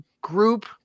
group